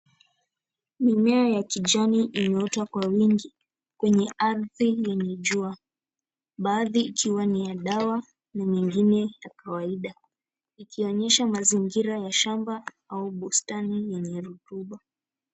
Mimea ya kijani inaota kwa wingi kwenye ardhi yenye jua. Baadhi ikiwa ni ya dawa na nyingine ya kawaida. Ikionyesha mazingira ya shamba au bustani yenye rutuba.